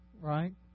Right